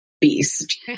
beast